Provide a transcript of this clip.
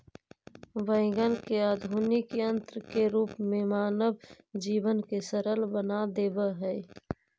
wagon ने आधुनिक यन्त्र के रूप में मानव जीवन के सरल बना देवऽ हई